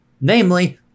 namely